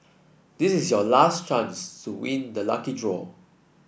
this is your last chance to win the lucky draw